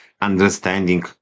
understanding